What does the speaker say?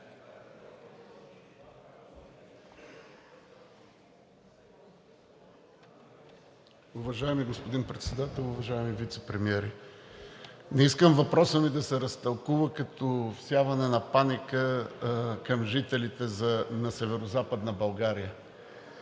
Уважаеми господин Председател, уважаеми вицепремиери, не искам въпросът ми да се разтълкува като всяване на паника към жителите на Северозападна България.